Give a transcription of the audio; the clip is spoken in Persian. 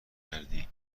کردی